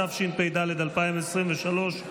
התשפ"ד 2023,